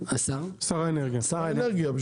שר האנרגיה.